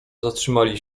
zatrzymali